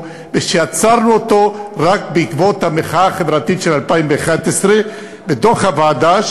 ושעצרנו אותו רק בעקבות המחאה החברתית של 2011 בדוח הוועדה,